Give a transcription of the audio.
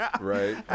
Right